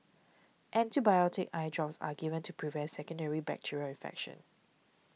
antibiotic eye drops are given to prevent secondary bacterial infection